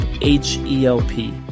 h-e-l-p